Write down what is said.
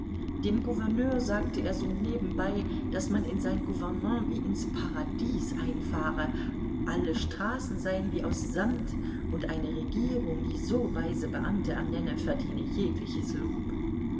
dem gouverneur sagte er so nebenbei daß man in sein gouvernement wie ins paradies einfahre alle straßen seien wie aus samt und eine regierung die so weise beamten ernenne verdiene jegliches lob